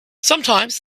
sometimes